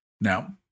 Now